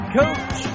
coach